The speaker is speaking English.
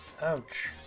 Ouch